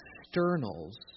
Externals